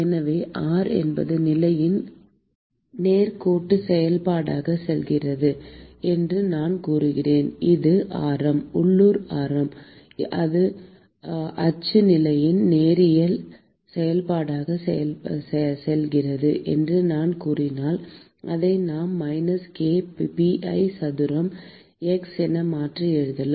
எனவே r என்பது நிலையின் நேர்கோட்டுச் செயல்பாடாகச் செல்கிறது என்று நான் கூறுகிறேன் இதன் ஆரம் உள்ளூர் ஆரம் அச்சு நிலையின் நேரியல் செயல்பாடாக செல்கிறது என்று நான் கூறினால் இதை நான் மைனஸ் k pi a சதுரம் x என மாற்றி எழுதலாம்